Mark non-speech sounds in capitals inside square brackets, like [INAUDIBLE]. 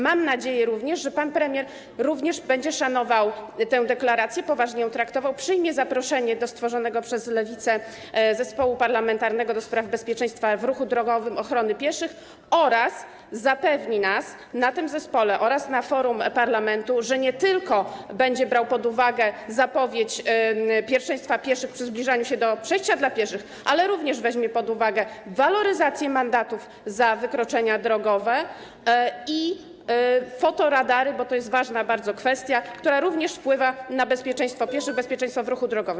Mam nadzieję, że pan premier również będzie szanował tę deklarację, poważnie ją traktował, przyjmie zaproszenie do stworzonego przez Lewicę zespołu parlamentarnego ds. bezpieczeństwa w ruchu drogowym, ochrony pieszych oraz zapewni nas w tym zespole oraz na forum parlamentu, że nie tylko będzie brał pod uwagę zapowiedź pierwszeństwa pieszych przy zbliżaniu się do przejścia dla pieszych, ale również weźmie pod uwagę waloryzację mandatów za wykroczenia drogowe i fotoradary, bo to jest bardzo ważna kwestia, która także wpływa na bezpieczeństwo pieszych, [NOISE] bezpieczeństwo w ruchu drogowym.